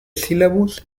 syllabus